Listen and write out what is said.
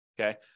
Okay